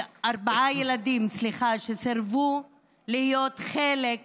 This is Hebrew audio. להיות חלק